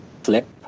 Flip